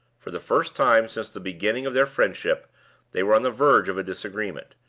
for the first time since the beginning of their friendship they were on the verge of a disagreement,